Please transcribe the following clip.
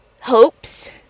hopes